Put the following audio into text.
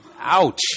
Ouch